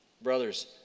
Brothers